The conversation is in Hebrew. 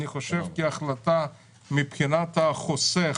אני חושב שכהחלטה מבחינת החוסך,